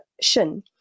shin